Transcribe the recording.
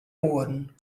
oeren